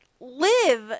live